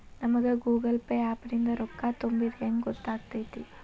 ನಮಗ Google Pay app ನಿಂದ ರೊಕ್ಕಾ ತುಂಬಿದ್ದ ಹೆಂಗ್ ಗೊತ್ತ್ ಆಗತೈತಿ?